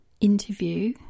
interview